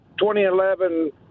2011